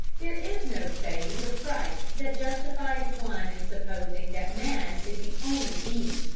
there is no saying of christ that justifies one in supposing that man is the only being,